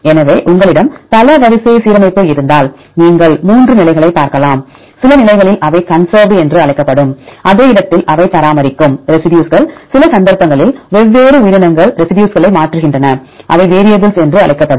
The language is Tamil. எனவே உங்களிடம் பல வரிசை சீரமைப்பு இருந்தால் நீங்கள் மூன்று நிலைகளைப் பார்க்கலாம் சில நிலைகளில் அவை கன்சர்வ்டு என்று அழைக்கப்படும் அதே இடத்தில் அவை பராமரிக்கும் ரெசிடியூஸ் சில சந்தர்ப்பங்களில் வெவ்வேறு உயிரினங்கள் ரெசிடியூஸ்களை மாற்றுகின்றன அவை வேரியபிள்ஸ் என்று அழைக்கப்படும்